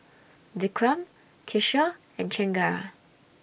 Vikram Kishore and Chengara